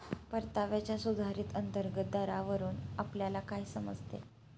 परताव्याच्या सुधारित अंतर्गत दरावरून आपल्याला काय समजते?